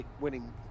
winning